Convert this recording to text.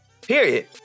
Period